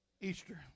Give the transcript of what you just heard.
Easter